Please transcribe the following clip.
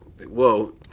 Whoa